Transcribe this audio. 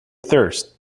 thirst